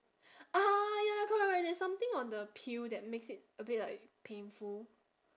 ah ya correct correct there is something on the peel that makes it a bit like painful